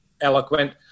eloquent